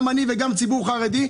גם אני וגם הציבור החרדי,